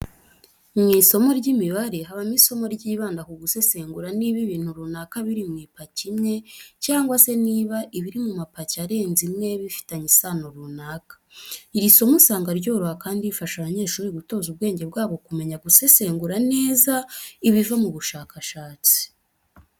Mu isomo ry'imibare habamo isomo ryibanda ku gusesengura niba ibintu runaka biri mu ipaki imwe cyangwa se niba ibiri mu mapaki arenze imwe bifitanye isano runaka. Iri somo usanga ryoroha kandi rifasha abanyeshuri gutoza ubwenge bwabo kumenya gusesengura neza ibiva mu bushakashatsi.